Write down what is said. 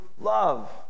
Love